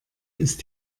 ist